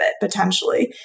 potentially